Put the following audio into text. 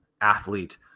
athlete